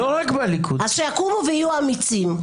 אז שיקומו ויהיו אמיצים.